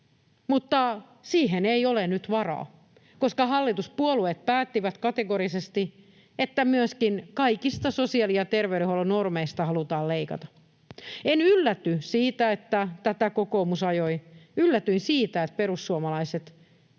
mutta siihen ei ole nyt varaa, koska hallituspuolueet päättivät kategorisesti, että myöskin kaikista sosiaali‑ ja terveydenhuollon normeista halutaan leikata. En ylläty siitä, että tätä kokoomus ajoi — yllätyin siitä, että perussuomalaiset